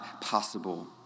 possible